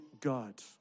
God